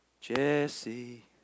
Jesse